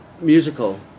musical